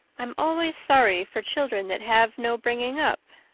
i'm always sorry for children that have no bringing up,